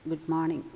good morning